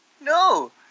No